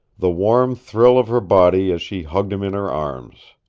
the warm thrill of her body as she hugged him in her arms.